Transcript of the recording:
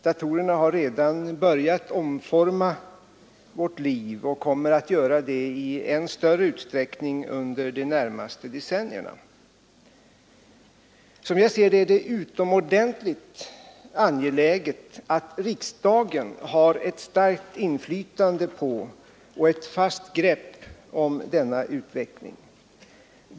Datorerma har redan börjat omforma vårt liv och kommer att göra det i ännu större utsträckning under de närmaste decennierna. Som jag ser det, är det utomordentligt angeläget att riksdagen har ett starkt inflytande på och ett fast grepp om denna utveckling.